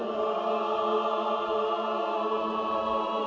ah